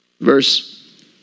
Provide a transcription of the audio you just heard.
Verse